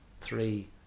three